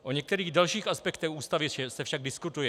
O některých dalších aspektech Ústavy se však diskutuje.